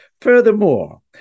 Furthermore